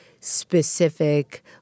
specific